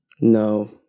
No